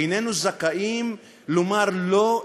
איננו זכאים לומר "לא"?